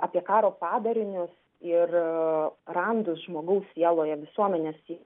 apie karo padarinius ir randus žmogaus sieloje visuomenės